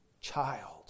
child